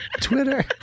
Twitter